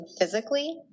physically